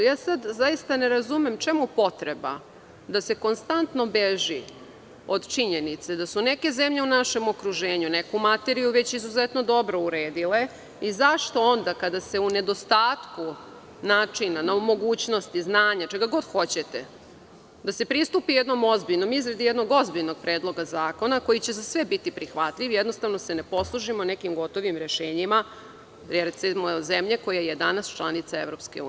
Ja sada ne razumem čemu potreba da se konstantno beži od činjenice da su neke zemlje u našem okruženju neku materiju već izuzetno dobro uredile i zašto onda kada se u nedostatku načina, mogućnosti, znanja, čega god hoćete, da se pristupi izradi jednog ozbiljnog predloga zakona koji će za sve biti prihvatljiv, jednostavno se ne poslužimo nekim gotovim rešenjima koje, recimo, ima zemlja koja je danas članica EU?